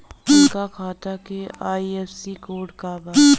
उनका खाता का आई.एफ.एस.सी कोड का बा?